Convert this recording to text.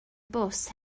bws